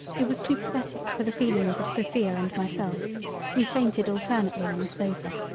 it was too pathetic for the feelings of sophia and myself we fainted alternately on a sofa.